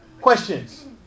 questions